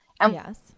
Yes